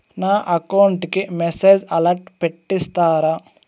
నా అకౌంట్ కి message alert పెట్టిస్తారా